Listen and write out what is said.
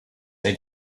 they